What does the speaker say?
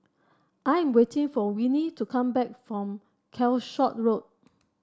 I am waiting for Winnie to come back from Calshot Road